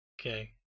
Okay